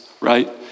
right